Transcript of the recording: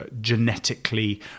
genetically